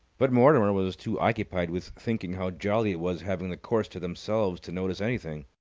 but mortimer was too occupied with thinking how jolly it was having the course to themselves to notice anything.